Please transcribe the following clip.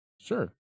Sure